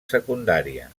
secundària